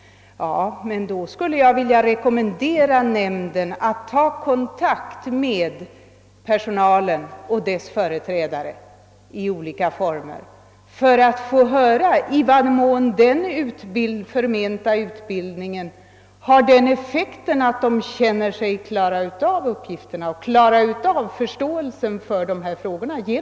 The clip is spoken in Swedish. Ja, men då skulle jag vilja rekommendera nämnden att ta kontakt med personalen och dess olika företrädare för att få höra i vad mån den förmenta utbildningen har den effekten, att de känner att de kan klara uppgifterna och klara förståelsen för de här frågorna.